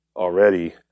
Already